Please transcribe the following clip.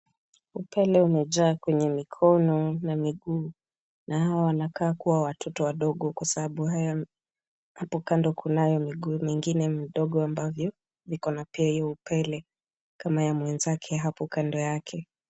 Upele umejaa kwenye mikono na miguu, na hawa wanakaa kuwa watoto wadogo kwasababu haya, hapo kando kunayo miguu mengine mdogo ambavyo viko na pia hiyo upele kama ya mwenzake hapo kando yake.